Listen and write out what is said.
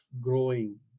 growing